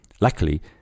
Luckily